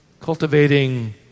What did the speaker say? Cultivating